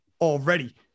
already